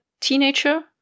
teenager